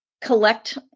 collect